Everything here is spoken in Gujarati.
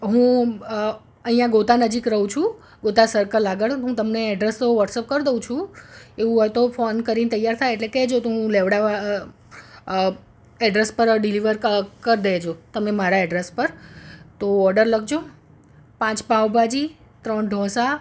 હું અહીંયા ગોતા નજીક રહું છું ગોતા સર્કલ આગળ હું તમને એડ્રેસ તો વોટસઅપ કર દઉં છું એવું હોય તો ફોન કરીને તૈયાર થાય એટલે કહેજો તો હું લેવડાવવા એડ્રેસ પર ડિલિવર કરી દેજો તમે મારા એડ્રેસ પર તો ઓડર લખજો પાંચ પાંવભાજી ત્રણ ઢોંસા